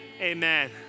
Amen